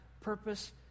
purpose